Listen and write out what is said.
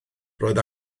roedd